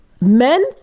men